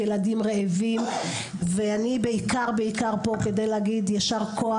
ילדים רעבים ואני בעיקר בעיקר פה כדי להגיד יישר כוח,